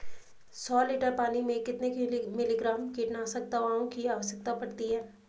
सौ लीटर पानी में कितने मिलीग्राम कीटनाशक दवाओं की आवश्यकता पड़ती है?